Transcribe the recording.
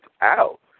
out